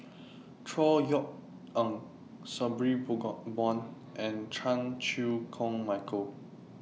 Chor Yeok Eng Sabri Buang and Chan Chew Koon Michael